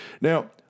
Now